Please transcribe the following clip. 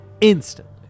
Instantly